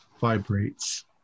vibrates